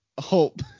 hope